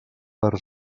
per